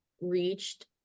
reached